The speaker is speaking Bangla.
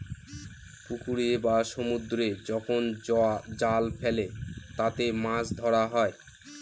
পুকুরে বা সমুদ্রে যখন জাল ফেলে তাতে মাছ ধরা হয়